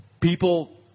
people